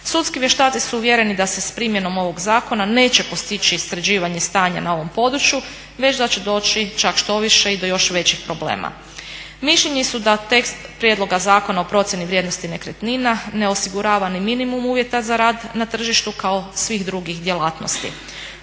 Sudski vještaci su uvjereni da se s primjenom ovog zakona neće postići sređivanje stanja na ovom području već da će doći čak štoviše i do još većih problema. Mišljenja su da tekst prijedloga Zakona o procjeni vrijednosti nekretnina ne osigurava ni minimum uvjeta za rad na tržištu kao svih drugih djelatnosti.